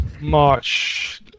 March